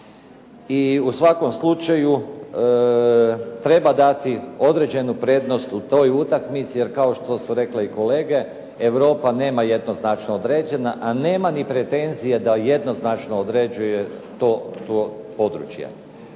I u svakom slučaju treba dati određenu prednost u toj utakmci, jer kao što su rekle i kolege Europa nema jednoznačno određena, a nema ni pretenzije da jednoznačno određuje to područje.